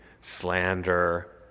slander